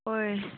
ꯍꯣꯏ